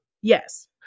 Yes